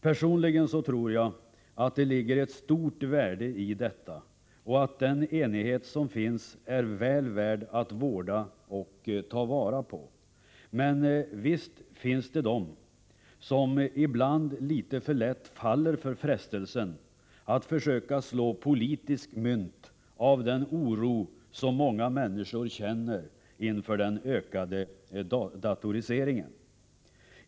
Personligen tror jag att det ligger ett stort värde i detta och att den enighet som finns är väl värd att vårda och ta vara på. Men visst finns det de som ibland litet för lätt faller för frestelsen att försöka slå politiskt mynt av den oro som många människor känner inför den ökande datoriseringen.